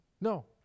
no